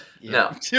No